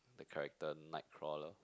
the character Nightcore